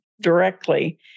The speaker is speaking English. directly